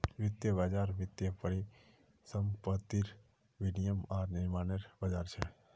वित्तीय बज़ार वित्तीय परिसंपत्तिर विनियम आर निर्माणनेर बज़ार छ